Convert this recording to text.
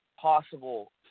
possible